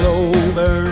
over